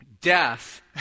Death